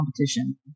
competition